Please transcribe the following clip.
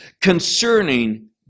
concerning